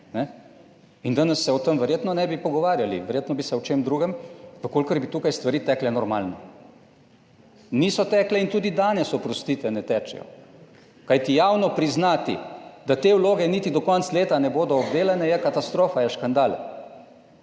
In danes se o tem verjetno ne bi pogovarjali, verjetno bi se o čem drugem, v kolikor bi tukaj stvari tekle normalno. Niso tekle in tudi danes, oprostite, ne tečejo, kajti javno priznati, da te vloge niti do konca leta ne bodo obdelane je katastrofa, je škandal.